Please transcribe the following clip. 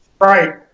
right